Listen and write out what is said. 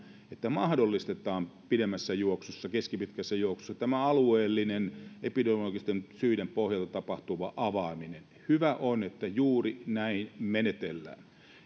että mahdollistetaan pidemmässä juoksussa keskipitkässä juoksussa tämä alueellinen epidemiologisten syiden pohjalta tapahtuva avaaminen hyvä on että juuri näin menetellään